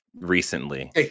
recently